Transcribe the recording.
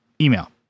email